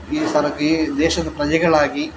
ಈ ಸರ ಈ ದೇಶದ ಪ್ರಜೆಗಳಾಗಿ